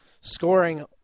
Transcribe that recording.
scoring